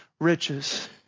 riches